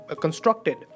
constructed